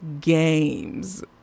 games